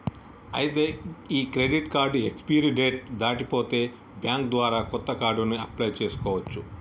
ఐతే ఈ credit card expiry date దాటి పోతే బ్యాంక్ ద్వారా కొత్త కార్డుని అప్లయ్ చేసుకోవచ్చు